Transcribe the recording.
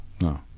No